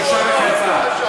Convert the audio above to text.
בושה וחרפה.